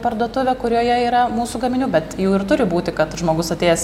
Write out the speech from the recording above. parduotuvę kurioje yra mūsų gaminių bet jų ir turi būti kad žmogus atėjęs